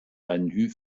einen